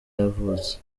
yavutse